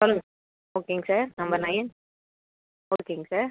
சொல்லுங்க ஓகேங்க sir number nine ஓகேங்க சார்